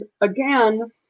again